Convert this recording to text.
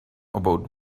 about